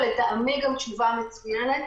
ולטעמי גם תשובה מצוינת,